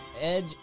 edge